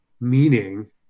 meaning